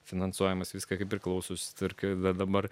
finansuojamas viską kaip priklauso susitvarkė bet dabar